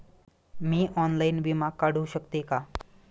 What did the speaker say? मी online विमा काढू शकते का?